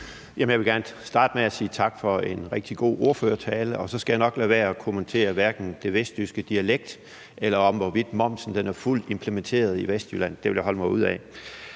Jeg vil gerne starte med at sige tak for en rigtig god ordførertale. Og så skal jeg nok lade være med at kommentere den vestjyske dialekt, eller hvorvidt momsen er fuldt implementeret i Vestjylland – det vil jeg holde mig ude af.